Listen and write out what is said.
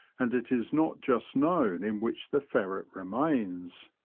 and it is not just known in which the ferret remains.